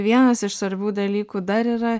vienas iš svarbių dalykų dar yra